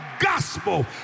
gospel